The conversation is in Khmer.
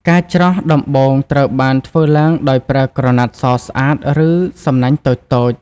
ការច្រោះ ដំបូងត្រូវបានធ្វើឡើងដោយប្រើក្រណាត់សស្អាត ឬសំណាញ់តូចៗ។